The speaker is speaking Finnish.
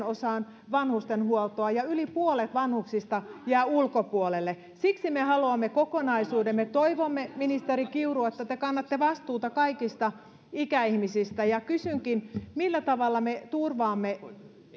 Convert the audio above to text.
osaan vanhustenhuoltoa ja yli puolet vanhuksista jää ulkopuolelle siksi me haluamme kokonaisuuden me toivomme ministeri kiuru että te kannatte vastuuta kaikista ikäihmisistä ja kysynkin millä tavalla me turvaamme